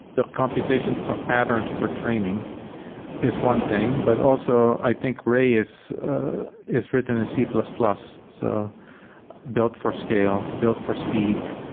the computation patterns for training is one thing, but also i think ray is is written in c plus plus. so built for scale, built for speed.